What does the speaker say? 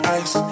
ice